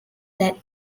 that